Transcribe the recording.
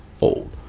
old